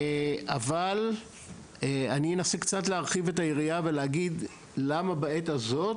אבל אני אנסה קצת להרחיב את היריעה ולהגיד למה בעת הזאת,